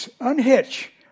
unhitch